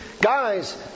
guys